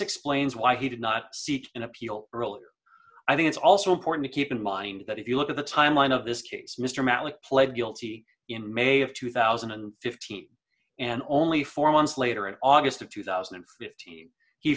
explains why he did not seek an appeal earlier i think it's also important to keep in mind that if you look at the timeline of this case mr malik pled guilty in may of two thousand and fifteen and only four months later in august of two thousand and fifteen he